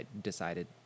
decided